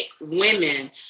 women